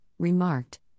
Remarked